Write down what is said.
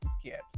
scared